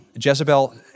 Jezebel